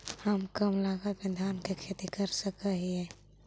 हम कम लागत में धान के खेती कर सकहिय?